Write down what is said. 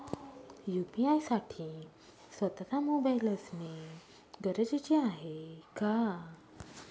UPI साठी स्वत:चा mobile असणे गरजेचे आहे का?